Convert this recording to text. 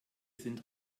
sind